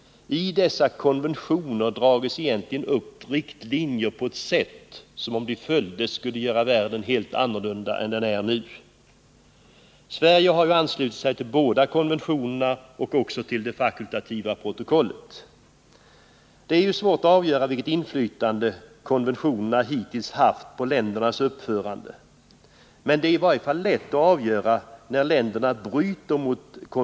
I dessa konventioner dras det upp riktlinjer som, om de följdes, skulle göra världen helt annorlunda än den är i dag. Sverige har anslutit sig till båda konventionerna och också till det fakultativa protokollet. Det är svårt att avgöra vilket inflytande konventionerna hittills har haft på ländernas uppförande, men det är i varje fall lätt att avgöra när länder bryter mot dem.